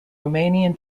romanian